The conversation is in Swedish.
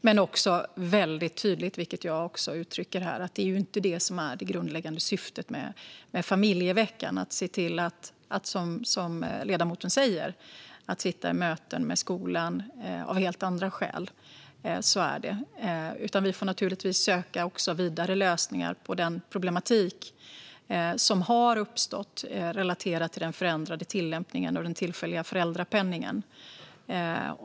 Det är också väldigt tydligt, vilket jag också uttrycker här, att det inte är det grundläggande syftet med familjeveckan att, som ledamoten säger, föräldrar av helt andra skäl ska sitta i möten med skolan. Så är det. Vi får naturligtvis söka vidare lösningar på den problematik som har uppstått relaterat till den förändrade tillämpningen av reglerna för den tillfälliga föräldrapenningen.